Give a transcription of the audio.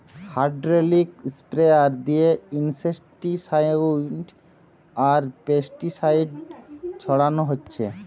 hydraulic sprayer দিয়ে insecticide আর pesticide ছোড়ানা হচ্ছে